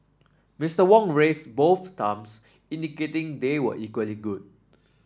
Mister Wong raised both thumbs indicating they were equally good